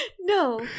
No